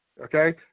Okay